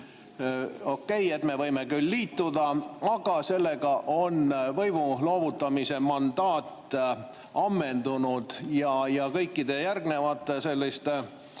okei, me võime küll liituda, aga sellega on võimu loovutamise mandaat ammendunud ja kõikide järgnevate selliste